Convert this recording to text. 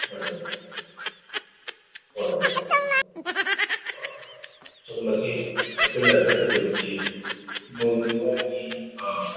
ꯍꯣꯏ ꯍꯣꯏ ꯍꯣꯏ ꯍꯣꯏ ꯑꯣ ꯑꯗꯨ ꯃꯁꯤ ꯑꯩꯈꯣꯏꯅ ꯆꯠꯀꯗꯣꯏꯁꯤ ꯅꯣꯡꯃꯒꯤ